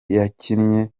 yakinnye